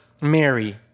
Mary